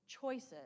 choices